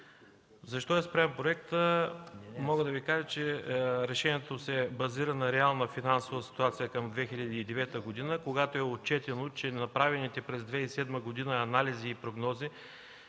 Защо е спрян проектът? Мога да Ви кажа, че решението се базира на реална финансова ситуация към 2009 г., когато е отчетено, че направените през 2007 г. анализи и прогнози